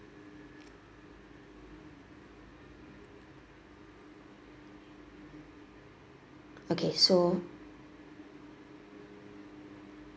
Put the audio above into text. okay so